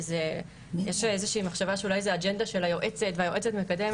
יש איזושהי מחשבה שאולי זה האג'נדה של היועצת והיועצת מקדמת.